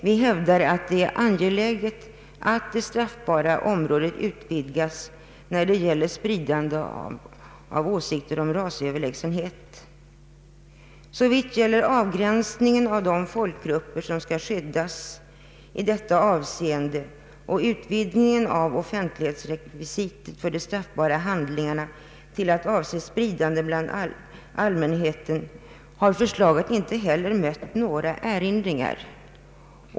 Vi hävdar att det är angeläget att det straffbara området utvidgas när det gäller spridande av åsikter om rasöverlägsenhet. Såvitt gäller avgränsningen av de folkgrupper som skall skyddas i detta avseende och utvidgningen av offentlighetsrekvisit för de straffbara handlingarna till att avse spridande bland allmänheten har förslaget inte heller mött några erinringar.